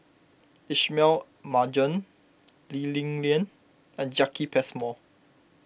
Ismail Marjan Lee Li Lian and Jacki Passmore